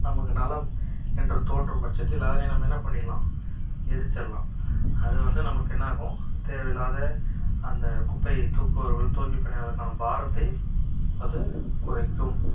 நமது நலம் என்று தோன்றும் பட்சத்தில் அதனை நம்ம என்ன பண்ணிடலாம் எரிச்சுட்லாம் அது வந்து நமக்கு என்ன ஆகும் தேவையில்லாத அந்த குப்பையை தூக்குபவர்கள் தூய்மை பணியாளர்களுக்கான பாரத்தை அது குறைக்கும்